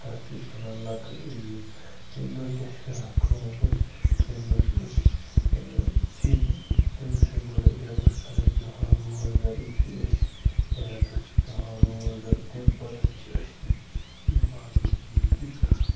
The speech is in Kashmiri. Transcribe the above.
تَتھ چھِ أسۍ وَنان لۄکٕٹ عیٖد تَمہِ دۄہ کیٛاہ چھِ کَران کٲمہٕ تَمہِ دۄہ چھِ أسۍ سِنۍ تَمہِ دۄہ چھِ گۄڈَے رٮ۪تَس کھنڈَس بیٚہوان روزدَر یُتھُے أسۍ رٮ۪تَس چھِ بیٚہوان روزدَر تَمہِ پَتَن چھِ أسۍ یِم باقٕے چیٖز تہِ کَران